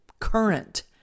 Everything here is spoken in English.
current